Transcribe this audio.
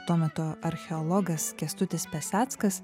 tuo metu archeologas kęstutis peseckas